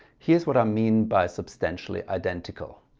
here's what i mean by substantially identical.